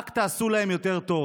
רק תעשו להם יותר טוב.